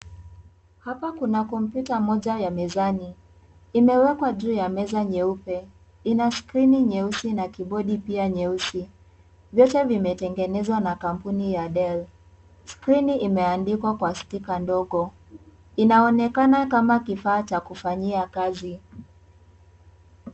Hapa kuna kompyuta moja ya mezani. Imewekwa juu ya meza nyeupe. Ina skrini nyeusi na kibodi pia nyeusi. Vyote vimetengenezwa na kampuni ya Dell. Skrini imeandikwa kwa sticker ndogo. Inaonekana kama kifaa cha kufanyia kazi.